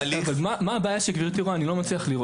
צריך לזכור